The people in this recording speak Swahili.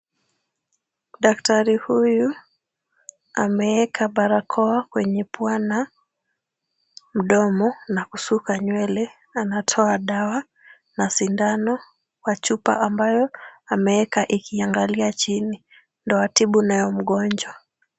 Daktari huyu ameweka barakoa kwenye pua na mdomo, na kusuka nywele. Anatoa dawa na sindano kwa chupa ambayo ameweka ikiangalia chini ndio atibu nayo mgonjwa.